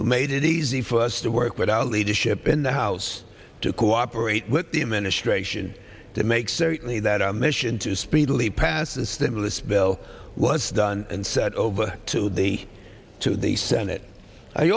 who made it easy for us to work with our leadership in the house to cooperate with the ministration to make certainly that our mission to speedily pass the stimulus bill was done and said over to the to the senate i